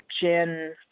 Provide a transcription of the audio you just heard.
Jen